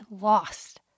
lost